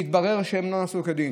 שהתברר שהם לא נסעו כדין.